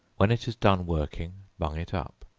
when it is done working, bung it up.